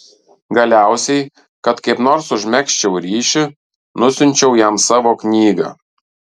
galiausiai kad kaip nors užmegzčiau ryšį nusiunčiau jam savo knygą